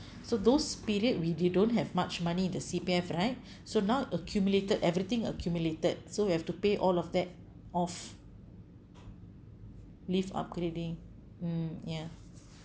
so those period we d~ don't have much money in the C_P_F right so now accumulated everything accumulated so we have to pay all of that off lift upgrading mm ya